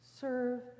Serve